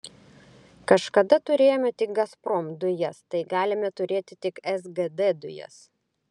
kažkada turėjome tik gazprom dujas tai galime turėti tik sgd dujas